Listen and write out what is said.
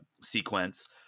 sequence